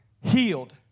healed